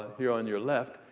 here on your left,